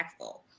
impactful